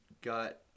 got